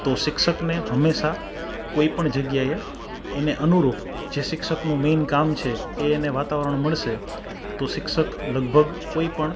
તો શિક્ષકને હંમેશા કોઈપણ જગ્યાએ એને અનુરૂપ જે શિક્ષકનું મેન કામ છે એ એને વાતાવરણ મળશે તો શિક્ષક લગભગ કોઈપણ